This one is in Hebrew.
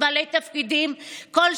שידעו הנשים במדינת ישראל שכולנו, כל הנשים,